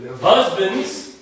Husbands